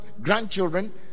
grandchildren